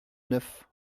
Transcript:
neuf